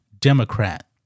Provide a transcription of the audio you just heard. Democrat